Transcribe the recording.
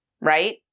right